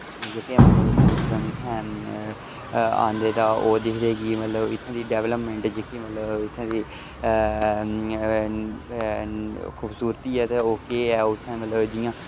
जेह्के मतलव टूरिस्म इत्थें हैन आंदे तां ओह् दिखदे की इत्थें दी डैवल्पमैंट मतलव इत्थें दी खूबसूरती ऐ ते ओह् मतलव केह् ऐ जियां